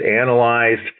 analyzed